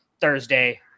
Thursday